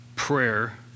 prayer